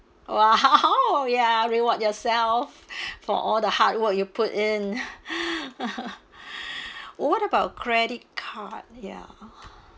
!wow! ya reward yourself for all the hard work you put in what about credit card ya